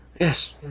yes